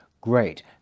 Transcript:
great